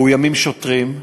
מאוימים שוטרים,